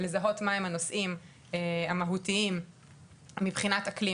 לזהות מה הם הנושאים המהותיים מבחינת אקלים.